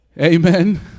Amen